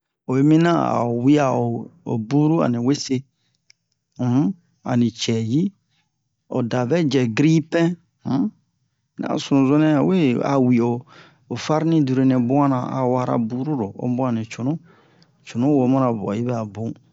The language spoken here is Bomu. Oyi mina a'o wi'a o o buru ani wese um ani cɛ yi o davɛ jɛ griyipɛn um ni a sunuzo nɛ ho we a wi ho ho farni dure nɛ bu'an na a wara buru ro o bun ani cunu cunu wo mana bu'a yi bɛ'a bun